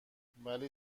ولی